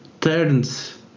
turns